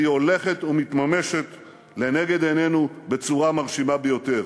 והיא הולכת ומתממשת לנגד עינינו בצורה מרשימה ביותר.